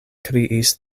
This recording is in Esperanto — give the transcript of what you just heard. kriis